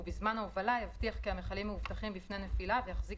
ובזמן ביתי ההובלה יבטיח כי המכלים מאובטחים בפני נפילה ויחזיק